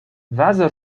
vazo